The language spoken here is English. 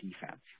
defense